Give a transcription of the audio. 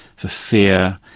for fear,